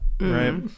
right